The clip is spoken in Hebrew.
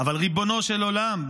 אבל ריבונו של עולם,